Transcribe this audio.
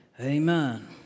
Amen